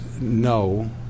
no